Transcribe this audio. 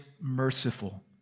merciful